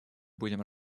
будем